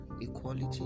equality